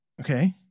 Okay